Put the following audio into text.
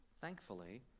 Thankfully